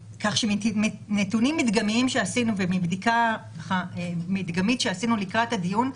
מנתונים מדגמים שעשינו ומבדיקה מדגמית שעשינו לקראת הדיון,